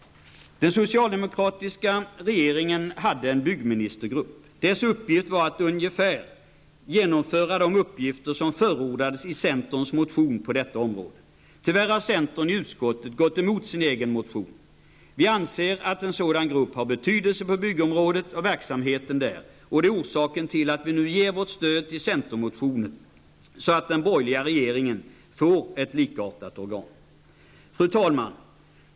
Den socialdemokratiska regeringen hade en byggministergrupp. Dess uppgift var att genomföra ungefär det som förordades i centerns motion på detta område. Tyvärr har centern i utskottet gått emot sin egen motion. Vi anser att en sådan grupp har betydelse på byggområdet och för verksamheten där. Det är orsaken till att vi nu ger vårt stöd till centermotionen, så att den borgerliga regeringen får ett likartat organ. Fru talman!